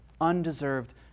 undeserved